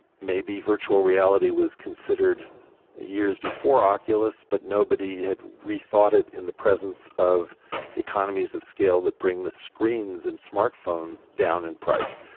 maybe virtual reality was considered years before oculus, but nobody had rethought it in the presence of economies of scale that brings screens and smartphones down in price.